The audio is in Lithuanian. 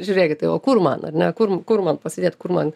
žiūrėkit tai o kur man ar ne kur kur man pasėdėt kur man